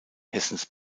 hessens